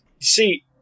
see